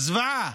זוועה.